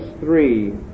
three